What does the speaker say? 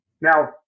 Now